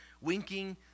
Winking